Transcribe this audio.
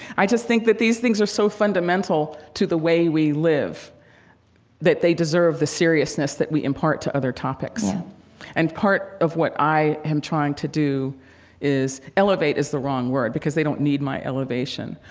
i just think that these things are so fundamental to the way we live that they deserve the seriousness that we impart to other topics yeah and part of what i am trying to do is elevate is the wrong word, because they don't need my elevation.